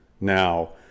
now